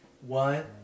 one